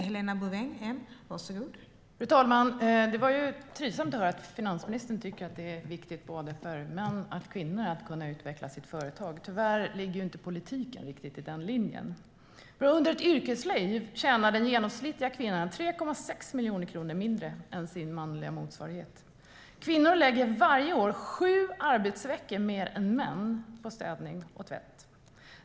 Fru talman! Det var ju trivsamt att höra att finansministern tycker att det är viktigt att både män och kvinnor kan utveckla sina företag. Tyvärr ligger politiken inte riktigt i den linjen. Under ett yrkesliv tjänar den genomsnittliga kvinnan 3,6 miljoner kronor mindre än hennes manliga motsvarighet. Kvinnor lägger varje år sju arbetsveckor mer än män på städning och tvätt.